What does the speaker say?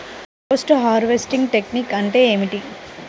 Post harvesting technique అంటే ఏమిటీ?